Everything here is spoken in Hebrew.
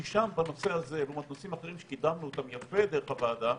היא שם בנושא הזה לעומת נושאים אחרים שקידמנו יפה דרך הוועדה,